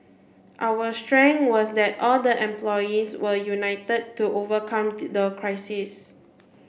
our strength was that all the employees were united to overcome the crisis